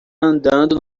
andando